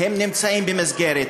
נמצאים במסגרת.